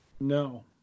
No